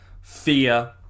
fear